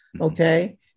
okay